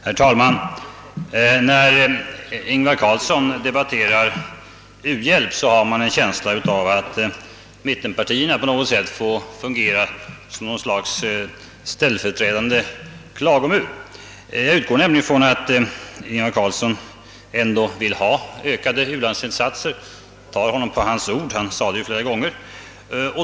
Herr talman! När Ingvar Qarlsson debatterar u-hjälp har man en känsla av att mittenpartierna på något sätt får fungera som ett slags ställföreträdande klagomur. Jag utgår nämligen från att Ingvar Carlsson ändå vill ha en ökning av u-landsinsatserna — jag tar honom på hans ord; han sade det flera gånger.